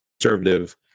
conservative